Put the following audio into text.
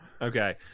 okay